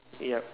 yup